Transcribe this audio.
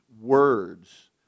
words